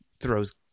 throws